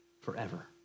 forever